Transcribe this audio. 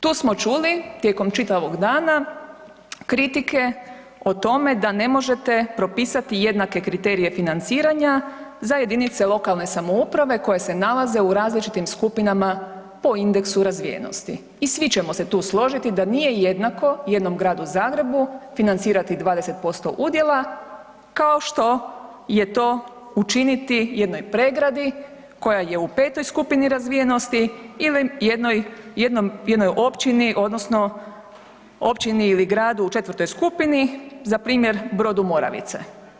Tu smo čuli tijekom čitavog dana kritike o tome da ne možete propisati jednake kriterije financiranja za JLS-ove koje se nalaze u različitim skupinama po indeksu razvijenosti i svi ćemo se tu složiti da nije jednako jednom Gradu Zagrebu financirati 20% udjelu kao što je to učiniti jednoj Pregradi koja je u petoj skupini razvijenosti ili jednoj općini odnosno općini ili gradu u četvrtoj skupini, za primjer Brodu Moravice.